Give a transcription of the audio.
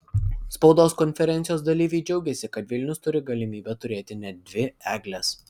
spaudos konferencijos dalyviai džiaugėsi kad vilnius turi galimybę turėti net dvi egles